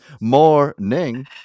Morning